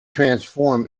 transform